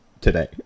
today